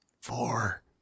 four